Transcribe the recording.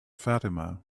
fatima